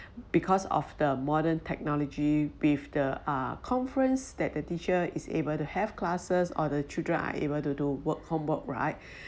because of the modern technology with the uh conference that the teacher is able to have classes or the children are able to do work homework right